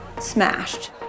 smashed